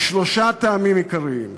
משלושה טעמים עיקריים: